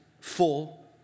full